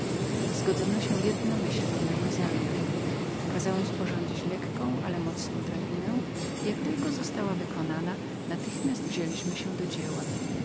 postępowaniem zgodzono się jednomyślnie na mój zamiar kazałem sporządzić lekką ale mocną drabinę i jak tylko była skończoną natychmiast wzięliśmy się do dzieła